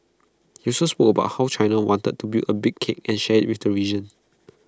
he also spoke about how China wanted to build A big cake and share IT with the region